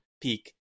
peak